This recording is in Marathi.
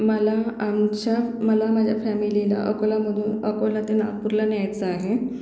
मला आमच्या मला माझ्या फॅमिलीला अकोलामधून अकोला ते नागपूरला न्यायचं आहे